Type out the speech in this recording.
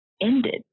ended